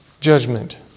judgment